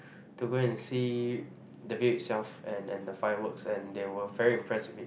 to go and see the view itself and and the fireworks and they were very impress with it